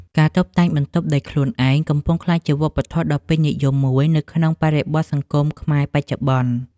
ការតុបតែងបន្ទប់ដោយខ្លួនឯង កំពុងក្លាយជាវប្បធម៌ដ៏ពេញនិយមមួយនៅក្នុងបរិបទសង្គមខ្មែរបច្ចុប្បន្ន។